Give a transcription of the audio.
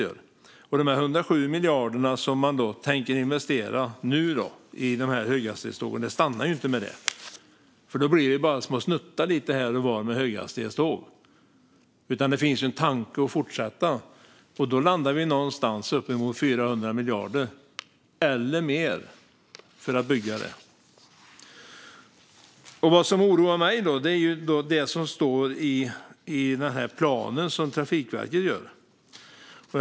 Detta kommer inte att stanna vid de 107 miljarder man tänker investera i höghastighetstågen. Då blir det bara små snuttar av höghastighetjärnväg lite här och var. Det finns en tanke att fortsätta, och då landar vi någonstans vid 400 miljarder eller mer. Vad som oroar mig är det som står i den plan som Trafikverket upprättat.